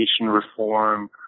reform